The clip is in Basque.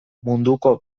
munduko